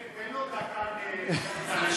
תן לו דקה להסדיר את הנשימה.